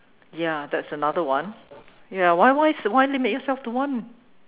ya that's another one ya why why why limit yourself to one